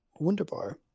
Wonderbar